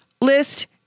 list